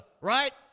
right